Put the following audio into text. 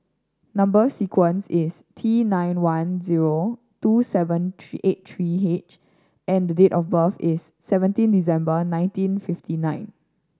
number sequence is T nine one zero two seven three eight three H and the date of birth is seventeen December nineteen fifty nine